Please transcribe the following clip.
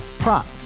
Prop